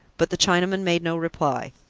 but the chinaman made no reply.